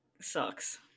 sucks